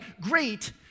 great